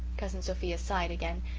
cousin sophia sighed again,